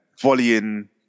volleying